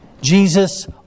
Jesus